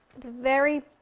the very,